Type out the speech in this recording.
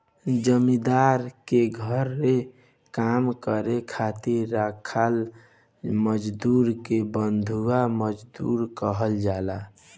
जमींदार के घरे काम करे खातिर राखल मजदुर के बंधुआ मजदूर कहल जाला